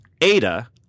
Ada